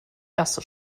erste